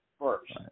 first